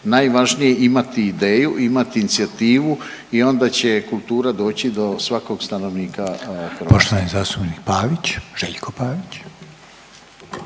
Najvažnije je imati ideju, imati inicijativu i onda će kultura doći do svakog stanovnika Hrvatske. **Reiner, Željko